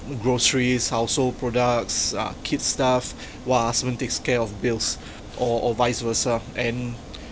groceries household products uh kid's stuff while husband takes care of bills or or vice versa and